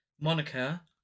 Monica